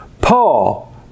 Paul